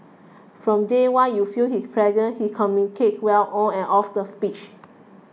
from day one you felt his presence he communicates well on and off the pitch